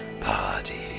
party